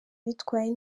bitwaye